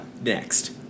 next